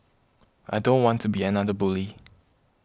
I don't want to be another bully